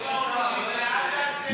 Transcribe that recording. אדוני השר, לא יפה.